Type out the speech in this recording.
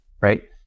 right